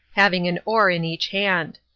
having an oar in each hand.